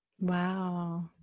Wow